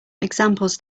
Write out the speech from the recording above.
examples